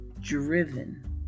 driven